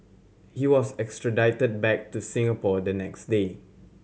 he was extradited back to Singapore the next day